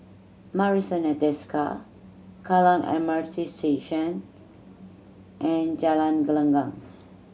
Marrison at Desker Kallang M R T Station and Jalan Gelenggang